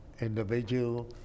individual